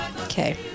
Okay